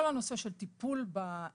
כלומר, כל הנושא של טיפול בתלונות